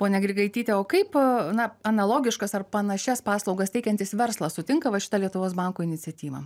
ponia grigaityte o kaip na analogiškas ar panašias paslaugas teikiantis verslas sutinka va šitą lietuvos banko iniciatyvą